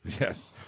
Yes